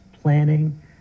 planning